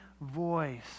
voice